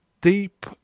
deep